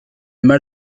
mal